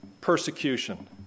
persecution